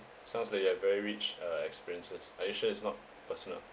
sounds like you have very rich uh experiences are you sure it's not personal